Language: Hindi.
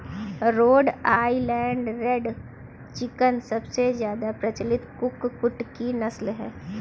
रोड आईलैंड रेड चिकन सबसे ज्यादा प्रचलित कुक्कुट की नस्ल है